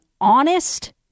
honest